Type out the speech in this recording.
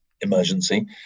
emergency